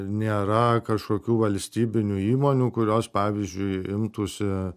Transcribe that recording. nėra kažkokių valstybinių įmonių kurios pavyzdžiui imtųsi